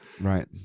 Right